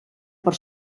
per